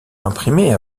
imprimées